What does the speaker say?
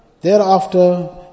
thereafter